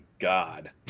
god